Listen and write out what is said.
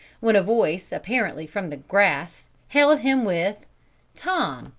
when a voice, apparently from the grass, hailed him with tom,